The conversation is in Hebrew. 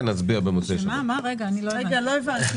לא הבנתי.